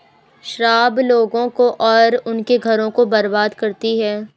शराब लोगों को और उनके घरों को बर्बाद करती है